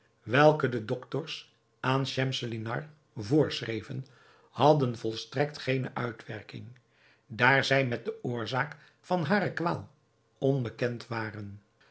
welke de doctors aan schemselnihar voorschreven hadden volstrekt geene uitwerking daar zij met de oorzaak van hare kwaal onbekend waren